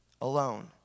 alone